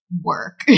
work